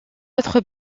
autres